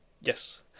Yes